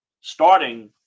starting